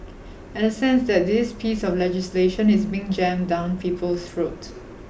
and a sense that this piece of legislation is being jammed down people's throats